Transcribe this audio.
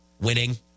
Winning